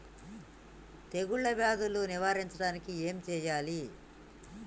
తెగుళ్ళ వ్యాధులు నివారించడానికి ఏం చేయాలి?